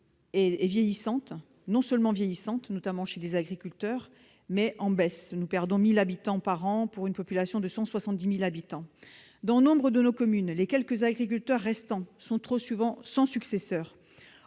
est non seulement vieillissante, notamment chez les agriculteurs, mais en baisse. Nous perdons 1 000 habitants par an pour une population de 170 000 habitants. Dans nombre de nos communes, les quelques agriculteurs restants sont trop souvent sans successeur.